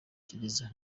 gereza